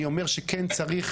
אני אומר שכן צריך